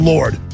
Lord